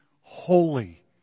holy